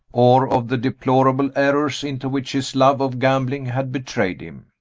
or of the deplorable errors into which his love of gambling had betrayed him.